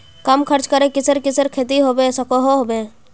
कम खर्च करे किसेर किसेर खेती होबे सकोहो होबे?